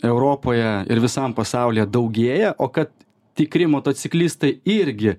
europoje ir visam pasaulyje daugėja o kad tikri motociklistai irgi